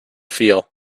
feel